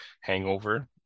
hangover